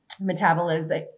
metabolism